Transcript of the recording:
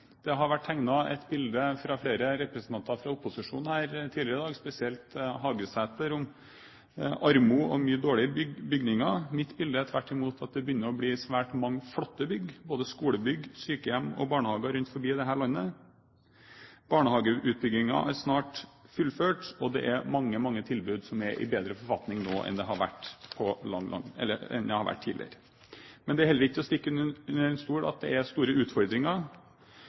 Det har vært tegnet et bilde fra flere representanter fra opposisjonen her tidligere i dag, spesielt fra Hagesæter, av armod og mye dårlige bygninger. Mitt bilde er tvert imot at det begynner å bli svært mange flotte bygg, både skolebygg, sykehjem og barnehager, rundt omkring i dette landet. Barnehageutbyggingen er snart fullført. Det er mange, mange tilbud som er i bedre forfatning nå enn de har vært tidligere. Men det er heller ikke til å stikke under stolen at det er store utfordringer. Demografien er i endring. Vi vet at det er